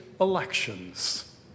elections